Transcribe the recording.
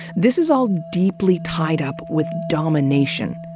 this is all deeply tied up with domination.